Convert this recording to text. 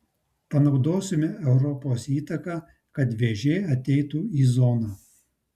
panaudosime europos įtaką kad vėžė ateitų į zoną